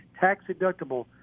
tax-deductible